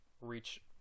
reach